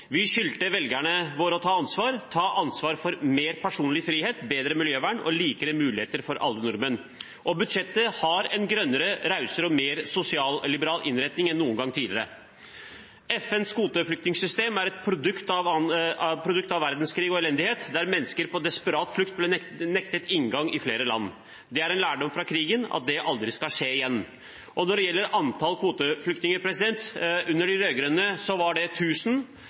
Vi skyldte velgerne våre å ta ansvar, ta ansvar for mer personlig frihet, bedre miljøvern og likere muligheter for alle nordmenn. Budsjettet har en grønnere, rausere og mer sosialliberal innretning enn noen gang tidligere. FNs kvoteflyktningsystem er et produkt av verdenskrig og elendighet, der mennesker på desperat flukt blir nektet inngang i flere land. Det er en lærdom fra krigen at det aldri skal skje igjen. Når det gjelder antall kvoteflyktninger: Under de rød-grønne var det 1 000, med Kristelig Folkeparti og Venstre som støttepartier var det